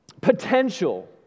potential